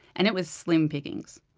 and it was slim pickings.